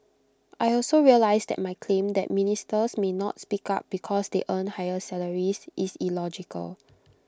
I also realise that my claim that ministers may not speak up because they earn high salaries is illogical